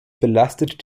belastet